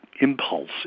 impulse